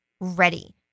ready